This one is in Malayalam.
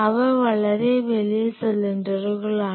അവ വളരെ വലിയ സിലിണ്ടറുകളാണ്